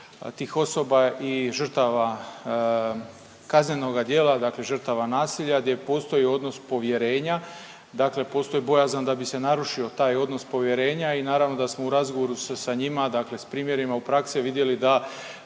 tih osoba i žrtava kaznenoga djela, dakle žrtavama nasilja, gdje postoji odnos povjerenja, dakle postoji bojazan da bi se narušio taj odnos povjerenja i naravno da smo u razgovoru sa njima, dakle s primjerima u praksi vidjeli da